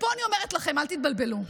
ופה אני אומרת לכם, אל תתבלבלו.